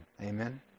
Amen